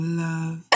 love